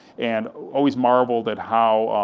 and always marveled at how,